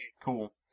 cool